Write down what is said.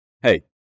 Hey